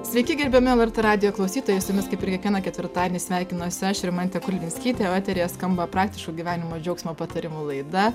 sveiki gerbiami lrt radijo klausytojai su jumis kaip ir kiekvieną ketvirtadienį sveikinuosi aš rimantė kulvinskytė o eteryje skamba praktiško gyvenimo džiaugsmo patarimų laida